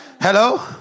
Hello